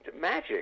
magic